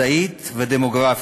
מדעית ודמוגרפית,